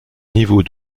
niveau